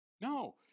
No